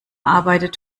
arbeitet